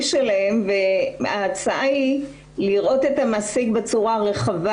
שלהן וההצעה היא לראות את המעסיק בצורה רחבה.